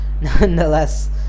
nonetheless